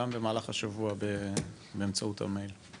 גם במהלך השבוע באמצעות המייל למנהלת הוועדה.